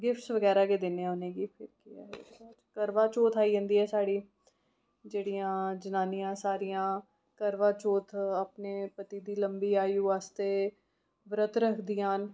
gift बगैरा गै दिन्नेआं इक दूए गी फिर कर्वाचौथ आई जंदी साढ़ी जेह्ड़ियां जनानीआं सारियां कर्वाचौथ अपने पति दी लम्बी आयु बास्तै व्रत रखदियां न